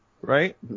Right